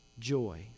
joy